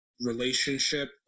relationship